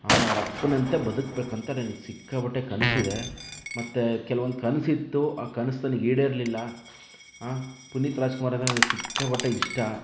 ನಾನು ಅವರ ಅಪ್ಪನಂತೆ ಬದುಕಬೇಕಂತ ನನಗೆ ಸಿಕ್ಕಾಪಟ್ಟೆ ಕನಸಿದೆ ಮತ್ತು ಕೆಲವೊಂದು ಕನಸಿತ್ತು ಆ ಕನಸು ನನಗೆ ಈಡೇರಲಿಲ್ಲ ಪುನೀತ್ ರಾಜ್ಕುಮಾರ್ ಅಂದರೆ ನನಗೆ ಸಿಕ್ಕಾಪಟ್ಟೆ ಇಷ್ಟ